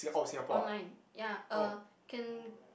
online ya uh can